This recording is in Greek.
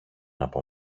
από